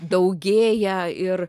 daugėja ir